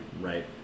Right